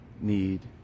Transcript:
need